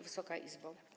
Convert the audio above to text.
Wysoka Izbo!